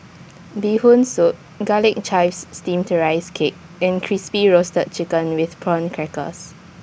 Bee Hoon Soup Garlic ChivesSteamed Rice Cake and Crispy Roasted Chicken with Prawn Crackers